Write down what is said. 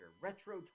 Retro